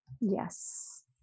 Yes